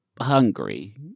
hungry